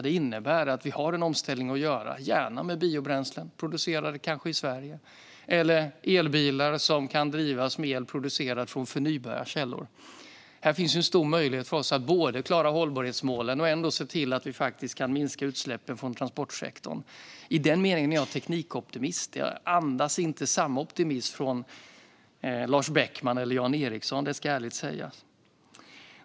Det innebär att vi har en omställning att göra, gärna med biobränslen som kanske är producerade i Sverige eller med elbilar som kan drivas med el producerad från förnybara källor. Här finns en stor möjlighet för oss att klara hållbarhetsmålen och ändå se till att vi faktiskt kan minska utsläppen från transportsektorn. I den meningen är jag en teknikoptimist. Det andas inte samma optimism från Lars Beckman eller Jan Ericson; det ska ärligt sägas.